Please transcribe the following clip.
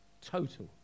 total